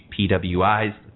PWIs